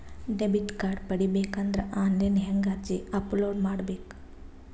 Debit card ಪಡಿಬೇಕು ಅಂದ್ರ online ಹೆಂಗ್ ಅರ್ಜಿ ಅಪಲೊಡ ಮಾಡಬೇಕು?